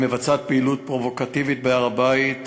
המבצעת פעילות פרובוקטיבית בהר-הבית.